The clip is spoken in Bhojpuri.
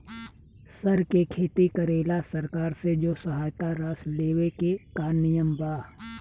सर के खेती करेला सरकार से जो सहायता राशि लेवे के का नियम बा?